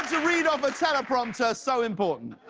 read off a telle prompter, so important.